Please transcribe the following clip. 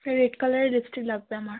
একটা রেড কালারের লিপস্টিক লাগবে আমার